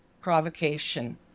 provocation